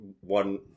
one